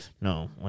No